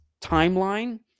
timeline